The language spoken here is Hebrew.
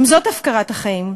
גם זאת הפקרת החיים.